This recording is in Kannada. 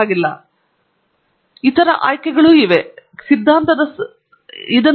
ಮತ್ತು ನಾನು ಈಗ ವಿವರಿಸಲು ಕೆಲವು ಇತರ ಆಯ್ಕೆ ಇವೆ ಸಿದ್ಧಾಂತದ ಸ್ವಲ್ಪ ಅಗತ್ಯವಿದೆ ಆದರೆ ಇದನ್ನು ಮಾಡೋಣ